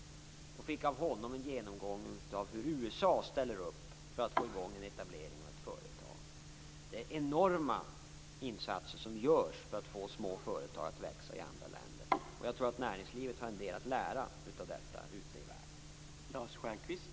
Jag fick av honom en genomgång av hur USA ställer upp för att få igång en etablering av ett företag. Det är enorma insatser som görs för att få små företag att växa i andra länder. Jag tror att näringslivet har en del att lära av det som sker ute i världen.